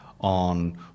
on